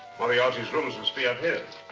moriarity's rooms must be up here.